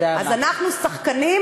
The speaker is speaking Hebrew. אז אנחנו שחקנים,